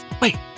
Wait